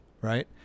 right